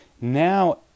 Now